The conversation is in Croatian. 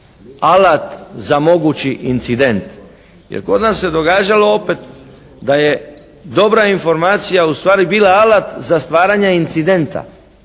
alat za mogući incident. Jer kod nas se događalo opet da je dobra informacija ustvari bila alat za stvaranje incidenta,